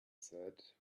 said